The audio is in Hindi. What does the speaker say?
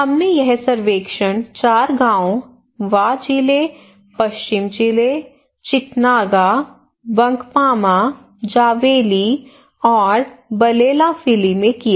हमने यह सर्वेक्षण चार गांवों वा जिले पश्चिम जिले चिटनागा बंकपामा ज़ोवेली और बलेलाफ़िली में किया